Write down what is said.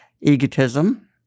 egotism